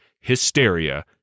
hysteria